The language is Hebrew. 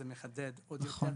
כי היא מחדדת עוד יותר.